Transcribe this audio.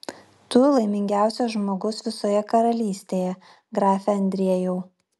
tu laimingiausias žmogus visoje karalystėje grafe andriejau